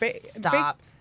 stop